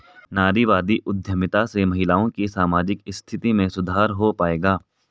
नारीवादी उद्यमिता से महिलाओं की सामाजिक स्थिति में सुधार हो पाएगा?